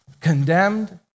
condemned